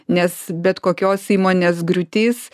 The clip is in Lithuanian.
nes bet kokios įmonės griūtis